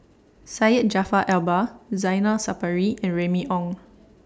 Syed Jaafar Albar Zainal Sapari and Remy Ong